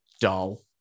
dull